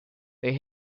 they